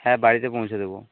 হ্যাঁ বাড়িতে পৌঁছে দেবো